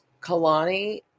Kalani